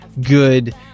good